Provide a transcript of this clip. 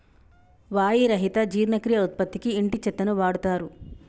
వాయి రహిత జీర్ణక్రియ ఉత్పత్తికి ఇంటి చెత్తను వాడుతారు